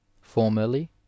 formerly